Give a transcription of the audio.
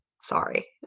Sorry